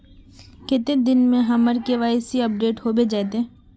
कते दिन में हमर के.वाई.सी अपडेट होबे जयते?